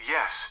Yes